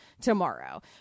tomorrow